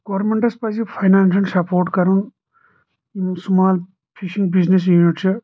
governments پزِ financial support کرُن small fishing business unit چھِ